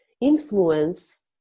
influence